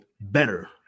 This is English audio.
better